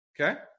Okay